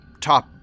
top